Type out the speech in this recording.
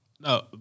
No